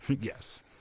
Yes